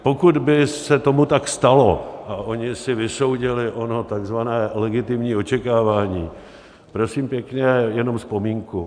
Pokud by se tak stalo a oni si vysoudili ono takzvané legitimní očekávání, prosím pěkně, jenom vzpomínku.